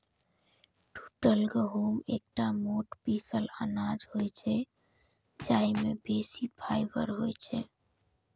टूटल गहूम एकटा मोट पीसल अनाज होइ छै, जाहि मे बेसी फाइबर होइ छै